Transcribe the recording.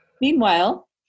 Meanwhile